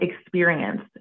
experience